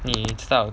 你知道